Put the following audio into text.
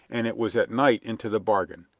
and it was at night into the bargain.